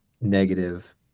negative